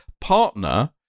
partner